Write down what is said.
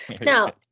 now